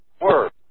Word